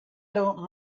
don’t